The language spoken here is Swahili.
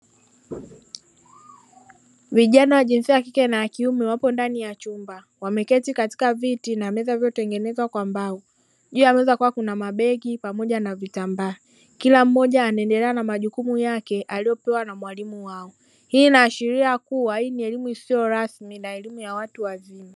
Vijana wa jinsia ya kike na ya kiume wapo ndani ya chumba wameketi katika viti na meza vilivyotengenezwa kwa mbao juu ya meza kulikuwa na mabegi pamoja na vitambaa, kila mmoja anaendelea na majukumu yake aliyopewa na mwalimu wao, hii inaashiria kuwa hii ni elimu isiyo rasmi na elimu ya watu wazima.